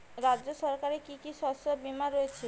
রাজ্য সরকারের কি কি শস্য বিমা রয়েছে?